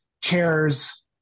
chairs